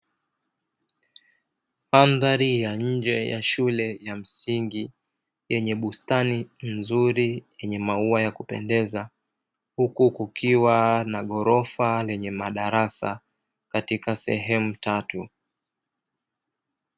Mandhari ya nje ya shule ya msingi, yenye bustani nzuri yenye maua ya kupendeza. Huku kukiwa na ghorofa lenye madarasa katika sehemu tatu.